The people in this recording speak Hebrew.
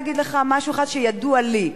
אחד שידוע לי.